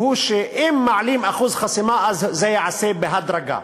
הוא שאם מעלים את אחוז החסימה, זה ייעשה בהדרגה.